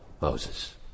Moses